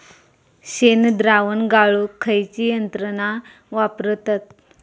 शेणद्रावण गाळूक खयची यंत्रणा वापरतत?